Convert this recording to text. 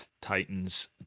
Titans